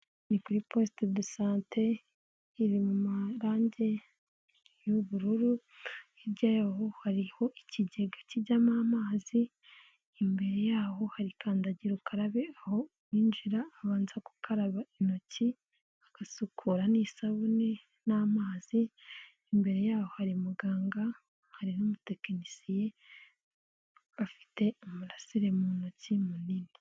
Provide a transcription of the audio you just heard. Ni kuri posite do sante iri mu marangi y'ubururu hirya yaho hariho ikigega kijyamo amazi, imbere yaho hari kandagira ukarabe aho uwinjira abanza gukaraba intoki, agasukura n'isabune n'amazi, imbere yaho hari muganga hari n'umutekinisiye afite umurasire mu ntoki munini.